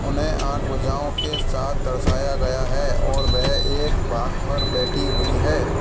उन्हें आठ भुजाओं के साथ दर्शाया गया है और वह एक बाघ पर बैठी हुई है